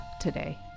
today